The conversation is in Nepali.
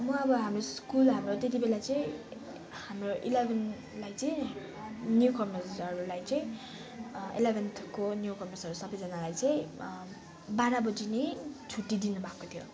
म अब हाम्रो स्कुल हाम्रो त्यति बेला चाहिँ हाम्रो इलेवेनलाई चाहिँ न्यू कमर्सहरूलाई चाहिँ इलेवेन्थको न्यू कमर्सहरू सबैजनालाई चाहिँ बाह्र बजी नै छुट्टी दिनुभएको थियो